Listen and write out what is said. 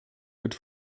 wird